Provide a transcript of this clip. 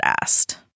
asked